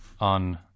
on